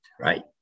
right